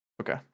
Okay